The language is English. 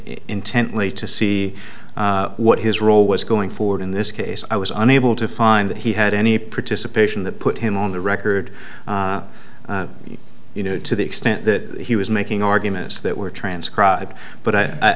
intently to see what his role was going forward in this case i was unable to find that he had any participation that put him on the record you know to the extent that he was making arguments that were transcribed but i